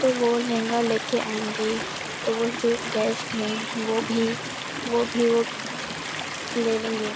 تو وہ لہنگا لے کے آئیں گے تو وہ جو گیسٹ ہیں وہ بھی وہ بھی وہ لے لیں گے